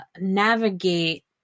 navigate